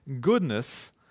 goodness